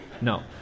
No